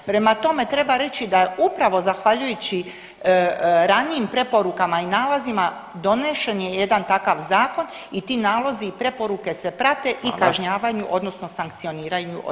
Prema tome, treba reći da upravo zahvaljujući ranijim preporukama i nalazima donesen je jedan takav zakon i ti nalozi i preporuke se prate i kažnjavaju odnosno sankcioniraju